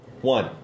One